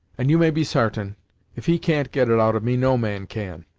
and you may be sartain if he can't get it out of me no man can.